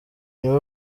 nibo